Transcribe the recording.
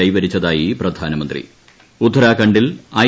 കൈവരിച്ചതായി പ്രധാനമന്ത്രി ഉത്തരാഖണ്ഡിൽ ഐ